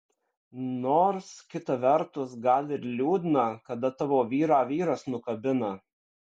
nors kita vertus gal ir liūdna kada tavo vyrą vyras nukabina